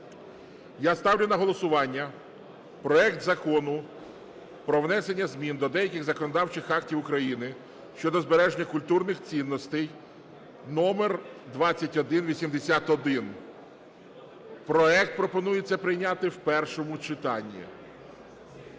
Я ставлю на голосування проект Закону про внесення змін до деяких законодавчих актів України (щодо збереження культурних цінностей) (№2181). Проект пропонується прийняти в першому читанні.